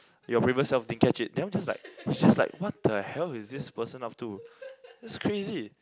your previous self didn't catch it then we just like it's just like what the hell is this person up to that's crazy